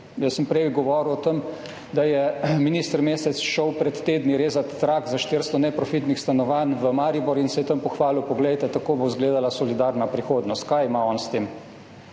Prej sem govoril o tem, da je minister Mesec šel pred tedni rezat trak za 400 neprofitnih stanovanj v Maribor in se je tam pohvalil: »Poglejte, kako bo izgledala solidarna prihodnost.« Kaj ima on s tem?